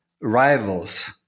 rivals